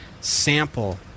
sample